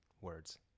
words